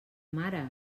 mare